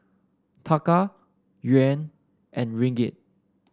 Taka Yuan and Ringgit